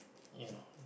you know